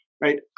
right